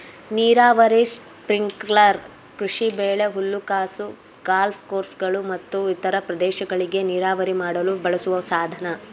ನೀರಾವರಿ ಸ್ಪ್ರಿಂಕ್ಲರ್ ಕೃಷಿಬೆಳೆ ಹುಲ್ಲುಹಾಸು ಗಾಲ್ಫ್ ಕೋರ್ಸ್ಗಳು ಮತ್ತು ಇತರ ಪ್ರದೇಶಗಳಿಗೆ ನೀರಾವರಿ ಮಾಡಲು ಬಳಸುವ ಸಾಧನ